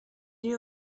you